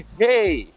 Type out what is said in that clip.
hey